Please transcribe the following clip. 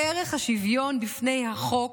ערך השוויון בפני החוק,